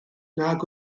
nad